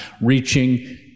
reaching